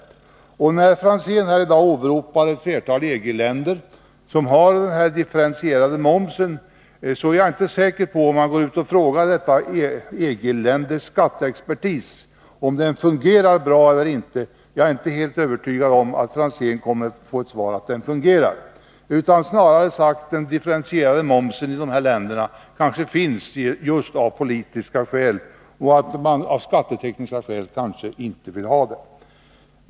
Tommy Franzén åberopar i dag ett flertal EG-länder som har differentierad moms. Men jag är inte säker på vad dessa länders skatteexpertis svarar om man frågar huruvida skatten fungerar bra eller inte. Jag är inte säker på att man får svaret att den fungerar. Den differentierade momsen i dessa länder finns kanske snarare av politiska skäl, medan man måhända av skattetekniska skäl inte vill ha den.